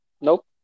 Nope